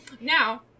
Now